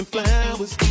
flowers